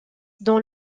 dans